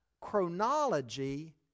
chronology